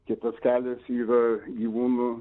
kitas kelias yra gyvūnų